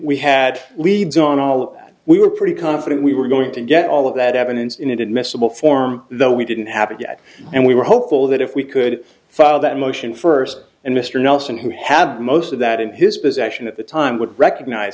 that we were pretty confident we were going to get all of that evidence inadmissible form though we didn't have it yet and we were hopeful that if we could file that motion first and mr nelson who had most of that in his possession at the time would recognize